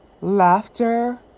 laughter